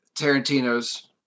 Tarantino's